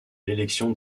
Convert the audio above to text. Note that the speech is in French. l’élection